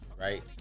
right